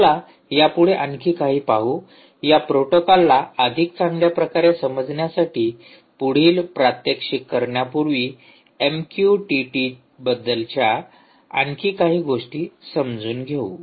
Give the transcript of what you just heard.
चला यापुढे आणखी काही पाहू या प्रोटोकॉलला अधिक चांगल्या प्रकारे समजण्यासाठी पुढील प्रात्यक्षिक करण्यापूर्वी एमक्यूटीटी बद्दलच्या आणखी काही गोष्टी समजून घेऊया